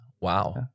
Wow